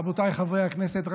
רבותיי חברי הכנסת,